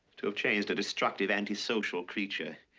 to have changed a destructive, antisocial creature